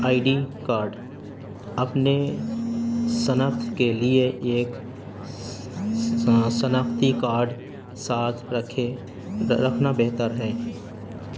آئی D card اپنے شناخت کے لیے ایک شناختی کارڈ رکھے رکھنا بہتر ہے